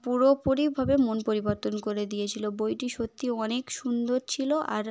পুরোপুরিভাবে মন পরিবর্তন করে দিয়েছিল বইটি সত্যি অনেক সুন্দর ছিল আর